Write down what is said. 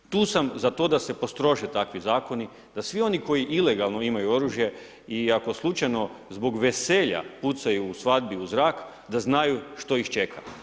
Tu sam za to da se postrože takvi zakoni da svi oni koji ilegalno imaju oružje i ako slučajno zbog veselja pucaju u svadbi u zrak da znaju što ih čeka.